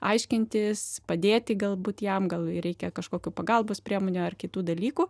aiškintis padėti galbūt jam gal ir reikia kažkokių pagalbos priemonių ar kitų dalykų